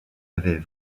avait